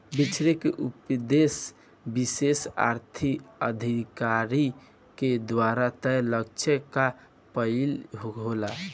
बिछरे के उपदेस विशेष अधिकारी के द्वारा तय लक्ष्य क पाइल होला